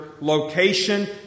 location